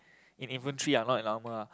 in infantry ah not in armour ah